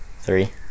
Three